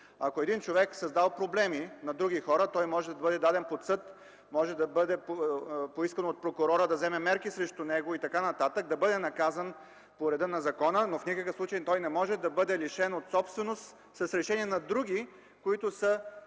Ако един човек е създал проблеми на други хора, той може да бъде даден под съд, може да бъде поискано от прокурора да вземе мерки срещу него и т.н., да бъде наказан по реда на закона, но в никакъв случай той не може да бъде лишен от собственост с решение на други, които